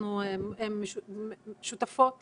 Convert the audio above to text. ואנחנו שותפות